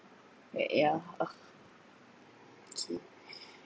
yeah ugh okay